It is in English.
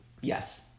yes